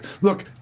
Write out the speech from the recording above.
Look